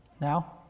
Now